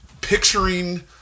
picturing